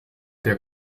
der